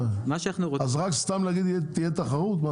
רק סתם להגיד תהיה תחרות?